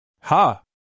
Ha